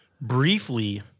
briefly